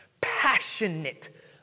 Passionate